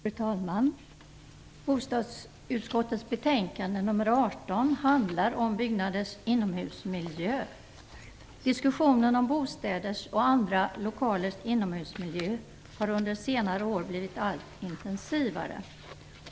Fru talman! Bostadsutskottets betänkande nr 18 handlar om byggnaders inomhusmiljö. Diskussionen om bostäders och andra lokalers inomhusmiljö har under senare år blivit allt intensivare.